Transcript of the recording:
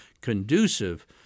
conducive